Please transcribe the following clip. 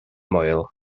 moel